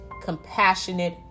compassionate